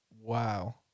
Wow